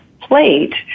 plate